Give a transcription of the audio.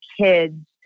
kids